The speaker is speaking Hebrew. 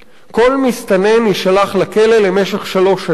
כל מסתנן יישלח לכלא למשך שלוש שנים,